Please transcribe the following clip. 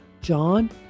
john